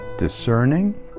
Discerning